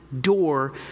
door